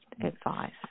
advice